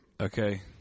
Okay